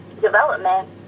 development